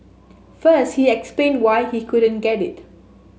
first he explained why he couldn't get it